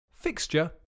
Fixture